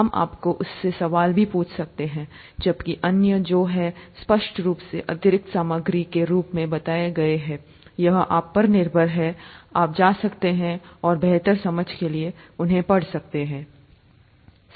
हम आपको उससे सवाल भी पूछ सकते हैंजबकि अन्य जो हैं स्पष्ट रूप से अतिरिक्त सामग्री के रूप में बताया गया है यह आप पर निर्भर है आप जा सकते हैं और बेहतर समझ के लिए उन्हें पढ़ सकते हैं